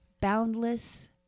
boundless